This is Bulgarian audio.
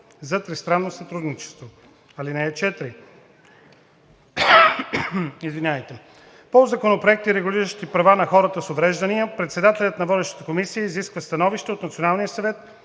за тристранно сътрудничество. (4) По законопроекти, регулиращи права на хората с увреждания, председателят на водещата комисия изисква становище от Националния съвет